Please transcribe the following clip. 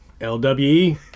LWE